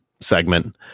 segment